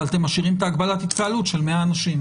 אבל אתם משאירים את הגבלת ההתקהלות של 100 אנשים.